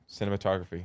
cinematography